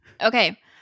Okay